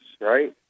right